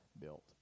built